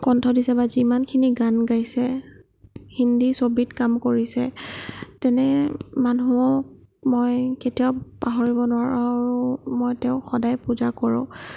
কণ্ঠ দিছে বা যিমানখিনি গান গাইছে হিন্দী ছবিত কাম কৰিছে তেনে মানুহক মই কেতিয়াও পাহৰিব নোৱাৰোঁ আৰু মই তেওঁক সদায় পূজা কৰোঁ